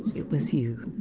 it was you.